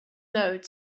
note